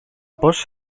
πώς